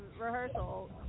rehearsal